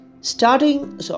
starting